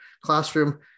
classroom